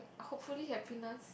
hopefully happiness